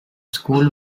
school